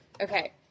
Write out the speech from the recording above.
Okay